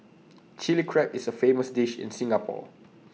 Chilli Crab is A famous dish in Singapore